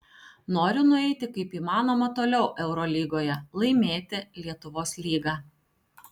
noriu nueiti kaip įmanoma toliau eurolygoje laimėti lietuvos lygą